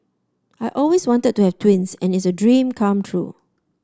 I always wanted to have twins and it's a dream come true